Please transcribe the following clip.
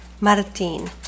Martin